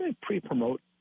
pre-promote